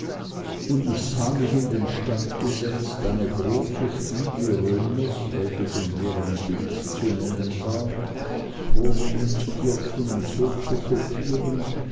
und ich sah mich in den stand gesetzt eine große studie römers welche schon mehr ein bild zu nennen war vornehmen zu dürfen und so zu kopieren